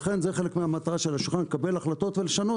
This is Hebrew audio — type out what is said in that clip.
לכן זה חלק מהמטרה של השולחן, לקבל החלטות ולשנות.